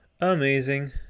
Amazing